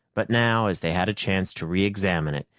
but now as they had a chance to reexamine it,